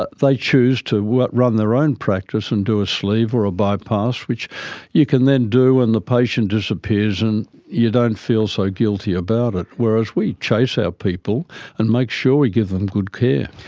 but they choose to run their own practice and do a sleeve or a bypass which you can then do and the patient disappears and you don't feel so guilty about it, whereas we chase our people and make sure we give them good care.